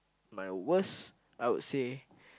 my worst I would say